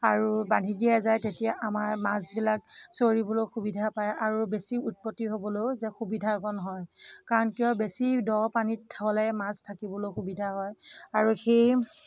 আৰু বান্ধি দিয়া যায় তেতিয়া আমাৰ মাছবিলাক চৰিবলৈ সুবিধা পায় আৰু বেছি উৎপত্তি হ'বলৈয়ো যে সুবিধা অকণ হয় কাৰণ কিয় বেছি দ' পানীত হ'লে মাছ থাকিবলৈ সুবিধা হয় আৰু সেই